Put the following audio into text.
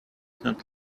not